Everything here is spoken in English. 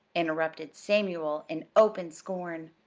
interrupted samuel in open scorn.